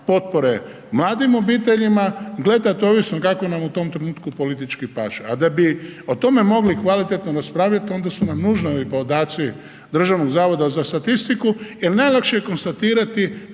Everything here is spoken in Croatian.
potpore mladim obiteljima gledat ovisno kako im u tom trenutku politički paše, a da bi o tome mogli kvalitetno raspravljat, onda su nam nužni ovi podaci Državnog zavoda za statistiku jel najlakše je konstatirati